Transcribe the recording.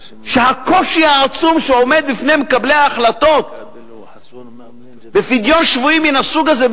שהקושי העצום שעומד בפני מקבלי ההחלטות בפדיון שבויים מן הסוג הזה,